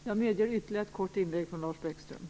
Jag medger ytterligare ett kort inlägg från Lars